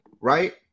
right